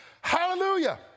Hallelujah